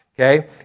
okay